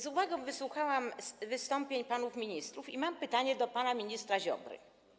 Z uwagą wysłuchałam wystąpień panów ministrów i mam pytanie do pana ministra Ziobry.